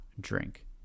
drink